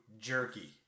jerky